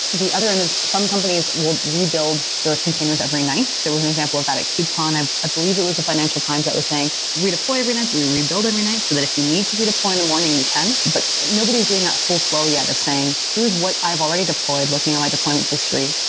the other end is some companies will rebuild their containers every night. there was an example of that at kubecon. i ah believe it was the financial times that was saying, every night. we rebuild every night, so that if you need to redeploy in the morning, you can, but nobody's doing that full flow yet of saying, here's what i've already deployed, looking at my deployment history.